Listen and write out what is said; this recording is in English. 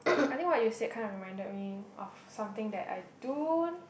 I think what you said kind of reminded me of something that I don't